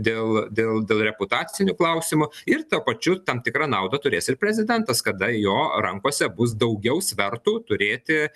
dėl dėl dėl reputacinių klausimų ir tuo pačiu tam tikrą naudą turės ir prezidentas kada jo rankose bus daugiau svertų turėti